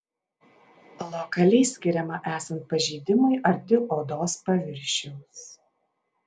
lokaliai skiriama esant pažeidimui arti odos paviršiaus